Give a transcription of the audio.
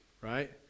right